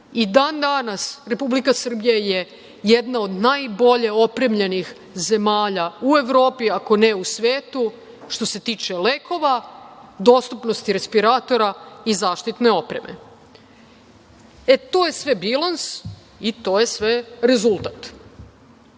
I dan-danas Republika Srbija je jedna od najbolje opremljenih zemalja u Evropi, ako ne u svetu, što se tiče lekova, dostupnosti respiratora i zaštitne opreme. E, to je sve bilans i to je sve rezultat. Pripreme